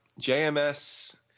JMS